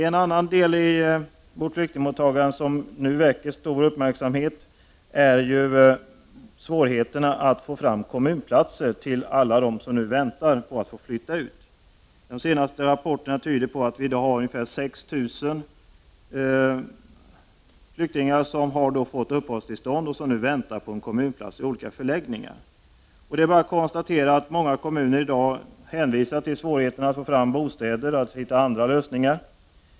En annan del i vårt flyktingmottagande som nu väcker stor uppmärksamhet är svårigheterna att få fram kommunplatser till alla dem som nu väntar på att få flytta ut. De senaste rapporterna tyder på att det i dag finns ungefär 6 000 flyktingar i olika förläggningar som har fått uppehållstillstånd och som nu väntar på en kommunplats. Många kommuner hänvisar till svårigheterna att få fram bostäder, men att de försöker hitta andra lösningar.